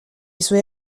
suoi